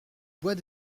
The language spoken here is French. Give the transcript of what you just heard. bois